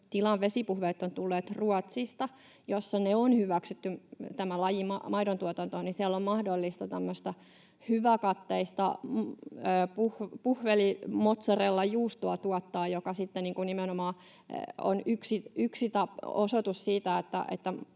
tilan vesipuhvelit ovat tulleet Ruotsista, jossa tämä laji on hyväksytty maidontuotantoon, ja siellä on mahdollista tämmöistä hyväkatteista puhvelimozzarellajuustoa tuottaa, joka nimenomaan on yksi osoitus siitä,